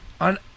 on